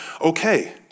okay